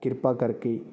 ਕਿਰਪਾ ਕਰਕੇ